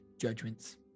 judgments